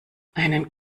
einen